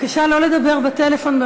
בבקשה לא לדבר בטלפון.